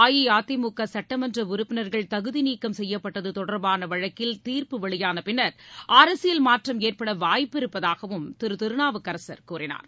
அஇஅதிமுக சட்டமன்ற உறுப்பினர்கள் தகுதி நீக்கம் செய்யப்பட்டது தொடர்பான வழக்கில் தீர்ப்பு வெளியான பின்னர் அரசியல் மாற்றம் ஏற்பட வாய்ப்பு இருப்பதாகவும் திரு திருநாவுக்கரசர் கூறினார்